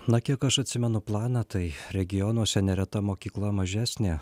na kiek aš atsimenu planą tai regionuose nereta mokykla mažesnė